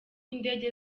indege